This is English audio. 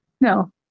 No